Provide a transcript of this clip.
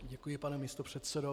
Děkuji, pane místopředsedo.